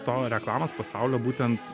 to reklamos pasaulio būtent